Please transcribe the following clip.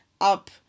up